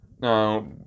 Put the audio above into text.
Now